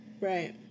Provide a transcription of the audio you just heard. Right